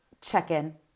check-in